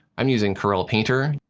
i'm using corel painter.